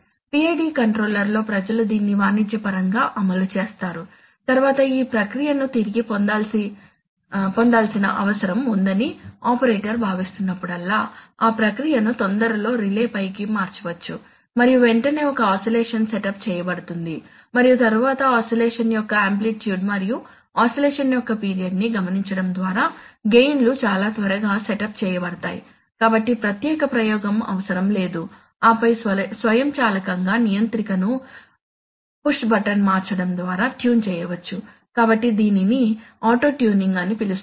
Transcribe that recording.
PID కంట్రోలర్లో ప్రజలు దీన్ని వాణిజ్యపరంగా అమలు చేసారు తద్వారా ఈ ప్రక్రియను తిరిగి పొందాల్సిన అవసరం ఉందని ఆపరేటర్ భావిస్తున్నప్పుడల్లా ఆ ప్రక్రియను తొందరలో రిలేపైకి మార్చవచ్చు మరియు వెంటనే ఒక ఆసిలేషన్ సెటప్ చేయబడుతుంది మరియు తరువాత ఆసిలేషన్ యొక్క ఆంప్లిట్యూడ్ మరియు ఆసిలేషన్ యొక్క పీరియడ్ ని గమనించడం ద్వారా గెయిన్ లు చాలా త్వరగా సెటప్ చేయబడతాయి కాబట్టి ప్రత్యేక ప్రయోగం అవసరం లేదు ఆపై స్వయంచాలకంగా నియంత్రికను పుష్ బటన్ మార్చడం ద్వారా ట్యూన్ చేయవచ్చు కాబట్టి దీనిని ఆటో టూనింగ్ అని పిలుస్తారు